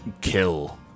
kill